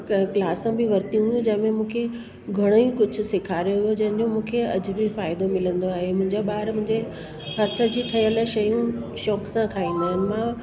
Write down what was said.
class बि वरतियूं जंहिंमें मूंखे घणो ई कुझु सेखारियो हुओ जंहिंजो मूंखे अॼु बि फ़ाइदो मिलंदो आहे मुंहिंजा ॿार मुंहिंजे हथ जी ठहियलु शयूं शौक़ु सां खाईंदा आहिनि मां